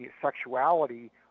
sexuality